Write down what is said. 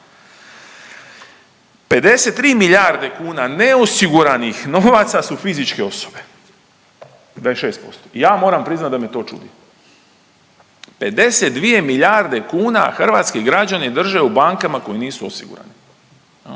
53 milijarde kuna neosiguranih novaca su fizičke osobe, 26% i ja moram priznat da me to čudi, 52 milijarde kuna hrvatski građani drže u bankama koje nisu osigurane,